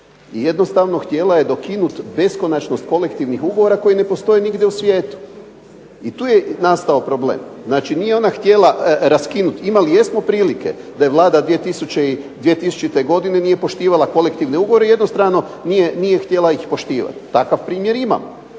I jednostavno htjela je dokinuti beskonačnost kolektivnih ugovora koji ne postoje nigdje u svijetu. I tu je nastao problem. Znači nije ona htjela raskinuti. Imali jesmo prilike da Vlada 2000. nije poštivala kolektivne ugovore, jednostrano nije htjela ih poštivat, takav primjer imamo,